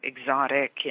exotic